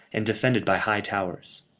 and defended by high towers.